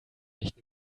nicht